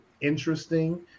interesting